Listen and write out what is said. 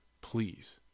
Please